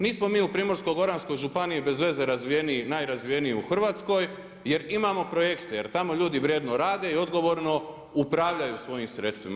Nismo mi u Primorsko-goranskoj županiji bez veze najrazvijeniji u Hrvatskoj, jer imamo projekte, jer tamo ljudi vrijedno rade i odgovorno upravljaju svojim sredstvima.